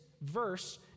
verse